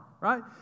right